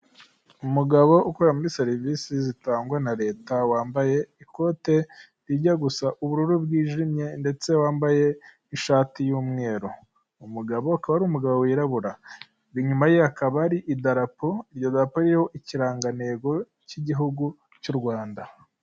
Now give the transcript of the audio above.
Umugabo ukora muri serivisi zitangwa na leta wambaye ikote rijya gusa ubururu bwijimye ndetse wambaye ishati y'umweru umugabo akaba ari umugabo wirabura, inyuma ye hakaba hari idarapo iryo darapo ririho ikirangantego cy'igihugu cy'u Rwanda.